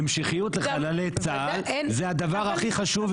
המשכיות לחללי צה"ל זה הדבר הכי חשוב,